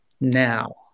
now